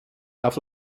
auf